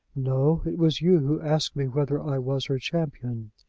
no it was you who asked me whether i was her champion.